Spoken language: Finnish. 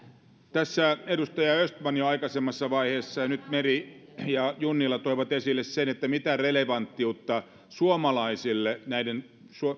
tässä edustaja östman jo aikaisemmassa vaiheessa ja nyt meri ja junnila toivat esille sen mitä relevanttiutta suomalaisille näiden